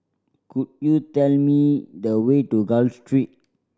could you tell me the way to Gul Street